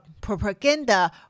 propaganda